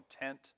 intent